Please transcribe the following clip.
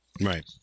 Right